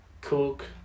Cook